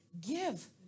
give